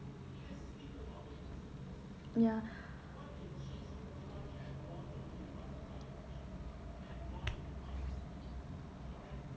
ya